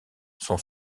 son